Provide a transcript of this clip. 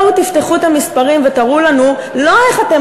בואו תפתחו את המספרים ותראו לנו לא איך אתן